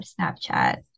Snapchat